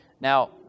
Now